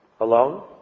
alone